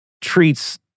treats